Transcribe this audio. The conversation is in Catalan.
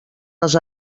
les